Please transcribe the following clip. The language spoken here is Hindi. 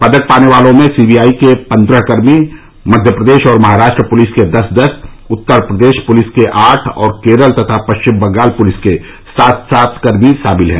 पदक पाने वालों में सी बी आई के पन्द्रह कर्मी मध्यप्रदेश और महाराष्ट्र पुलिस के दस दस उत्तरप्रदेश पुलिस के आठ और केरल तथा पश्चिम बंगाल पुलिस के सात सात कर्मी शामिल हैं